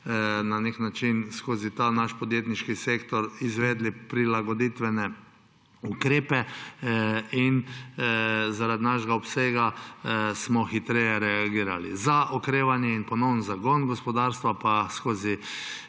na nek način skozi ta naš podjetniški sektor izvedli prilagoditvene ukrepe; in zaradi našega obsega smo hitreje reagirali. Za okrevanje in ponoven zagon gospodarstva pa skozi